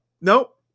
nope